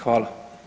Hvala.